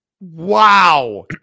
Wow